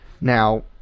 now